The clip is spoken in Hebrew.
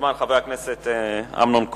חבר הכנסת אמנון כהן,